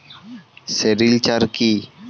Sericulture কি?